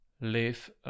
live